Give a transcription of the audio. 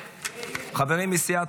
טוב.